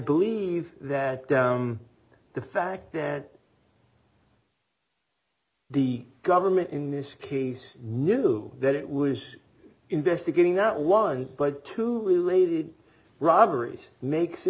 believe that down the fact that the government in this case knew that it was investigating not one but two we laded robberies makes a